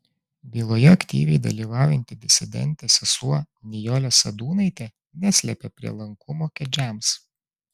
byloje aktyviai dalyvaujanti disidentė sesuo nijolė sadūnaitė neslepia prielankumo kedžiams